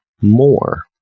more